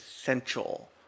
essential